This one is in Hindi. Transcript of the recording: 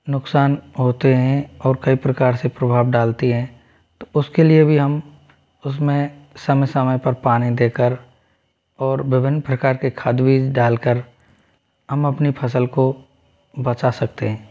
नुकसान होते हैं और कई प्रकार से प्रभाव डालती हैं तो उसके लिए भी हम उसमे समय समय पर पानी देकर और विभिन्न प्रकार के खाद बीज डालकर हम अपनी फसल को बचा सकते हैं